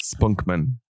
Spunkman